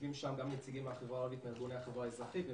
יושבים שם גם נציגים מהחברה הערבית ומארגוני החברה האזרחית,